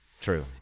True